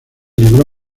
libró